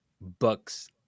books